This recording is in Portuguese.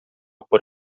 por